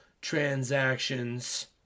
transactions